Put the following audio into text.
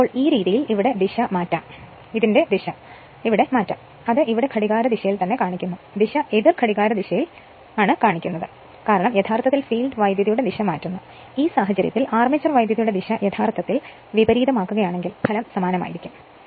അതിനാൽ ഈ രീതിയിൽ ഇതിന്റെ ദിശ ഇവിടെ മാറ്റാം അത് ഇവിടെ ഘടികാരദിശയിൽ കാണിക്കുന്നു ദിശ എതിർ ഘടികാരദിശയിൽ കാണിക്കുന്നു കാരണം യഥാർത്ഥത്തിൽ ഫീൽഡ് വൈദ്യുതിയുടെ ദിശ മാറ്റുന്നു ഈ സാഹചര്യത്തിൽ അർമേച്ചർ വൈദ്യുതിയുടെ ദിശ യഥാർത്ഥത്തിൽ വിപരീതമാക്കുകയാണെങ്കിൽ ഫലം സമാനമായിരിക്കുo